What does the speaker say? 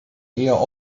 eher